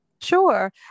Sure